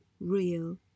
real